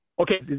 Okay